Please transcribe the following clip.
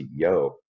CEO